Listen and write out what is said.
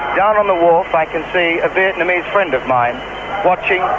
down on the wharf i can see a vietnamese friend of mine watching,